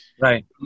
Right